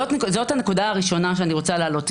זאת הנקודה הראשונה שאני רוצה להעלות.